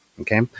Okay